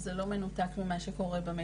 זה לא מנותק ממה שקורה במשק.